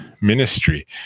ministry